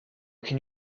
can